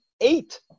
eight